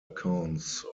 accounts